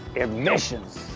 emissions!